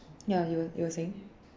ya you were you were saying